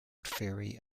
theory